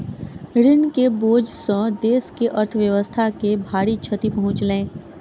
ऋण के बोझ सॅ देस के अर्थव्यवस्था के भारी क्षति पहुँचलै